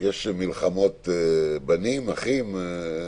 יש מלחמות בנים, אחים?